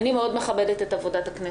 אני מאוד מכבדת את עבודת הכנסת.